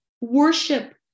worship